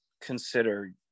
consider